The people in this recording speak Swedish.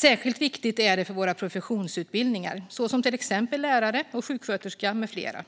Särskilt viktigt är det för våra professionsutbildningar, till exempel lärare, sjuksköterska med flera.